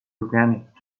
organic